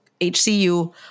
HCU